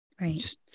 Right